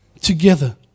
together